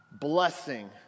blessing